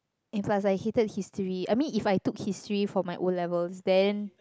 and plus I hated history I mean if I took history for my O-levels then